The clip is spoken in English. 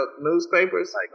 newspapers